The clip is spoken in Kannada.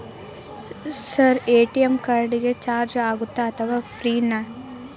ಸರ್ ಎ.ಟಿ.ಎಂ ಕಾರ್ಡ್ ಗೆ ಚಾರ್ಜು ಆಗುತ್ತಾ ಅಥವಾ ಫ್ರೇ ನಾ?